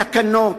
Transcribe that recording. תקנות,